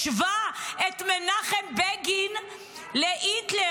השווה את מנחם בגין להיטלר,